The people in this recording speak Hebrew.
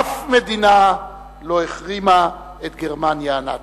אף מדינה לא החרימה את גרמניה הנאצית.